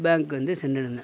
bank வந்து சென்றியிருந்தேன்